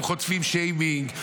הם חוטפים שיימינג,